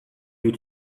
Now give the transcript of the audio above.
you